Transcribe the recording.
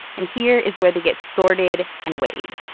and here is where they get sorted and weighed